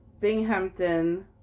Binghamton